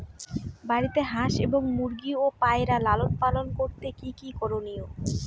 বাড়িতে হাঁস এবং মুরগি ও পায়রা লালন পালন করতে কী কী করণীয়?